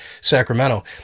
Sacramento